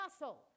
muscle